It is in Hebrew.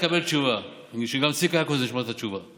תקבל תשובה כדי שגם צביקה יעקובזון ישמע את התשובה.